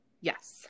Yes